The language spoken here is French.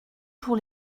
pour